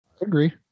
agree